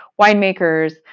winemakers